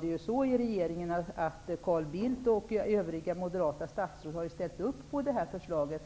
det gäller regeringen har Carl Bildt och övriga moderata statsråd ställt upp på framlagda förslag.